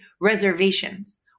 reservations